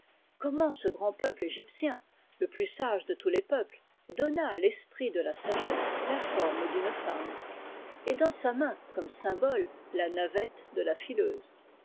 comment ce grand peuple egyptien le plus sage de tous les peuples donna à l'esprit de la sagesse la forme d'une femme et dans sa main comme symbole la navette de la fileuse